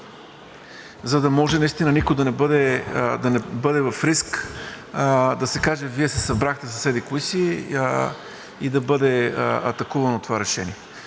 за да може наистина никой да не бъде в риск и да се каже, че Вие се събрахте с еди-кого си и да бъде атакувано това решение.